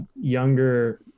younger